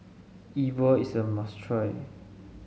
E Bua is a must try